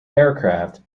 aircraft